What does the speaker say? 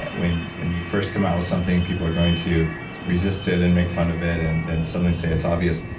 when when you first come out with something, people are going to resist it and make fun of it and then suddenly say it's obvious.